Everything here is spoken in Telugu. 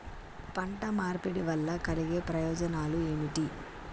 పంట మార్పిడి వల్ల కలిగే ప్రయోజనాలు ఏమిటి?